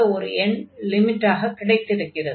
0 அல்லாத ஒரு எண் லிமிட்டாகக் கிடைத்திருக்கிறது